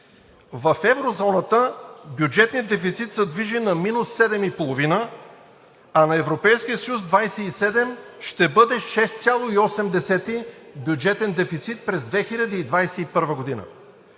В еврозоната бюджетният дефицит се движи на минус 7,5, а на Европейския съюз 27, ще бъде 6,8 бюджетен дефицит през 2021 г.